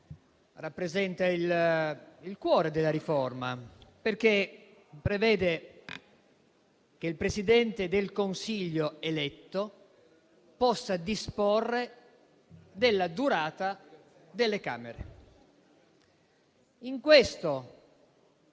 rappresenta il cuore della riforma, perché prevede che il Presidente del Consiglio eletto possa disporre della durata delle Camere. In questo